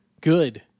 good